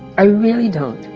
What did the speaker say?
i really don't.